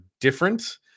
different